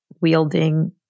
wielding